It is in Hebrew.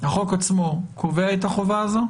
החוק עצמו קובע את החובה הזאת?